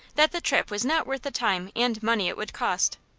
that the trip was not worth the time and money it would cost.